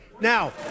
Now